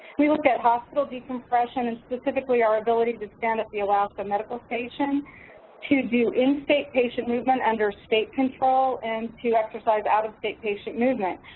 we looked at hospital decompression and specifically our ability to stand up the alaska medical station to do in-state patient movement under state control and to exercise out-of-state patient movement.